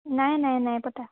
নাই নাই নাই পতা